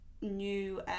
new